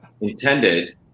intended